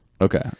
Okay